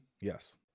Yes